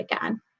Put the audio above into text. again